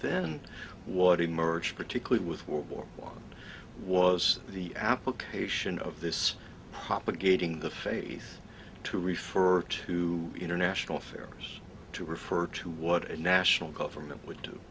then what emerged particularly with world war one was the application of this propagating the faith to refer to international affairs to refer to what a national government would